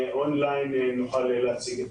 הוראות החוק, וככה נעשה.